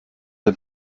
der